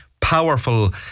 Powerful